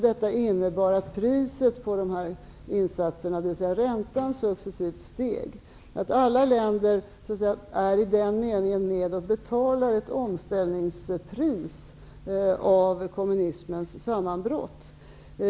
Detta innebar att priset på dessa insatser, dvs. räntan, successivt steg. Alla länder är i den meningen med och betalar ett omställningspris efter kommunismens sammanbrott.